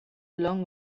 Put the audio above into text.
long